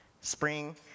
spring